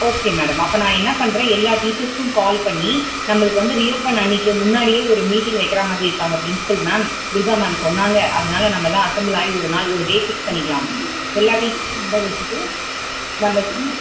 okay madam அப்போ நான் என்ன பண்ணுறேன் எல்லா டீச்சர்ஸ்சுக்கும் கால் பண்ணி நம்மளுக்கு வந்து ரீஓப்பன் அன்றைக்கு முன்னாடியே ஒரு மீட்டிங் வைக்கிற மாதிரி இருக்காங்க ப்ரின்ஸ்பல் மேம் துர்கா மேம் சொன்னாங்க அதனால் நம்ம எல்லாம் அசம்பிள் ஆகி ஒரு நாள் ஒரு டே ஃபிக்ஸ் பண்ணிக்கலாம் மேம் எல்லா டீச்சர்ஸையும் வர வச்சிட்டு நம்ம ஸ்கூல்